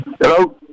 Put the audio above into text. Hello